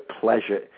pleasure